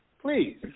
Please